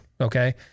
okay